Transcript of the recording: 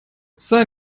sei